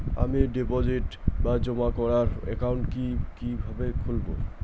আমি ডিপোজিট বা জমা করার একাউন্ট কি কিভাবে খুলবো?